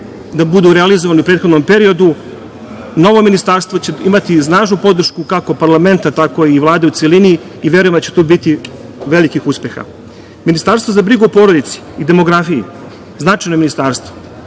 da budu realizovani u prethodnom periodu. Novo ministarstvo će imati snažnu podršku, kako parlamenta tako i Vlade u celini i verujem da će tu biti velikih uspeha. Ministarstvo za brigu o porodici i demografiji je značajno ministarstvo.